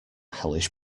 hellish